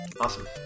Awesome